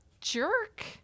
Jerk